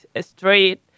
straight